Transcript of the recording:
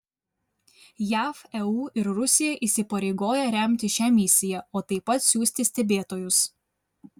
jav eu ir rusija įsipareigoja remti šią misiją o taip pat siųsti stebėtojus